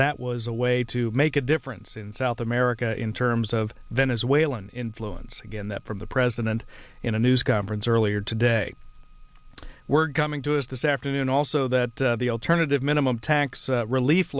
that was a way to make a difference in south america in terms of venezuelan influence again that from the president in a news conference earlier today we're going to us this afternoon also that the alternative minimum tax relief